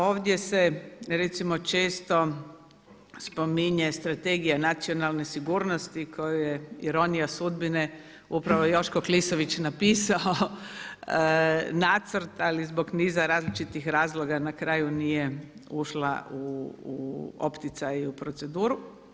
Ovdje se recimo često spominje strategija nacionalne sigurnosti koju je ironija sudbine upravo Joško Klisović napisao nacrt ali zbog niza različitih razloga na kraju nije ušla u opticaj i u proceduru.